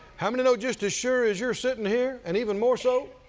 how many know just as sure as you're sitting here and even more so,